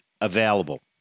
available